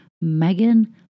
Megan